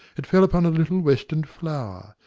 it fell upon a little western flower,